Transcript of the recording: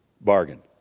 bargain